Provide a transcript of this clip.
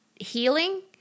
healing